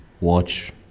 watch